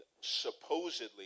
supposedly